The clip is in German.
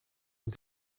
und